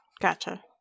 Gotcha